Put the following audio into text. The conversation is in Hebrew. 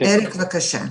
קודם כל,